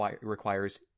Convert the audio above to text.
requires